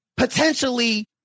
potentially